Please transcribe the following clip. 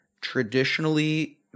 Traditionally